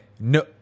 no